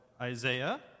Isaiah